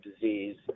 disease